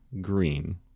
green